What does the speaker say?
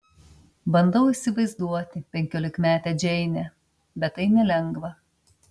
bandau įsivaizduoti penkiolikmetę džeinę bet tai nelengva